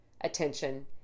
attention